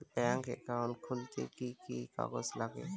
Bank account খুলতে কি কি কাগজ লাগে?